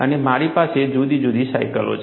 અને મારી પાસે જુદી જુદી સાયકલો છે